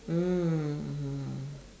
mm